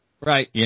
Right